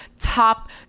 top